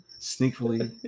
sneakily